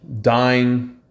dying